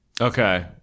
Okay